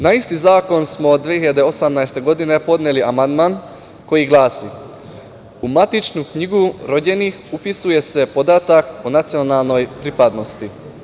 Na isti zakon smo 2018. godine podneli amandman koji glasi – u matičnu knjigu rođenih upisuje se podatak o nacionalnoj pripadnosti.